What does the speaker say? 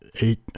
eight